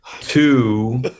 Two